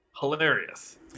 hilarious